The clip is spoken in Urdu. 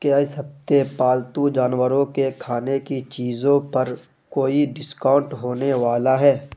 کیا اس ہفتے پالتو جانوروں کے کھانے کی چیزوں پر کوئی ڈسکاؤنٹ ہونے والا ہے